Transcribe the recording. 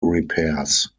repairs